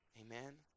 amen